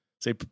say